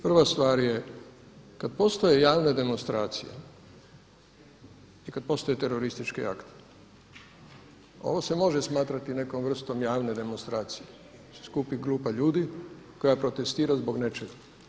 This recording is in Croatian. Prva stvar je kad postoje javne demonstracije i kad postoje teroristički akt, ovo se može smatrati nekom vrstom javne demonstracije, se skupi grupa ljudi koja protestira zbog nečeg.